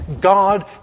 God